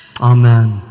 Amen